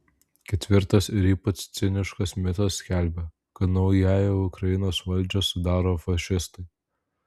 ketvirtas ir ypač ciniškas mitas skelbia kad naująją ukrainos valdžią sudaro fašistai